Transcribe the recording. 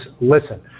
listen